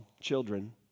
children